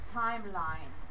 timeline